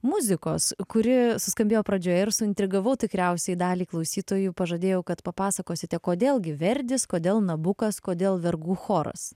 muzikos kuri suskambėjo pradžioje ir suintrigavau tikriausiai dalį klausytojų pažadėjau kad papasakosite kodėl gi verdis kodėl nabukas kodėl vergų choras